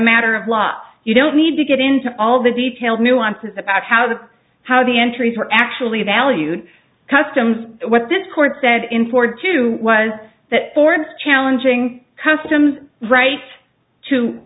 matter of law you don't need to get into all the details nuances about how the how the entries were actually valued customs what this court said in four two was that foreign challenging customs rights to